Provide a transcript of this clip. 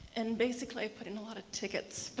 and basically put in a lot of tickets.